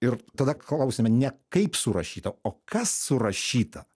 ir tada klausiame ne kaip surašyta o kas surašyta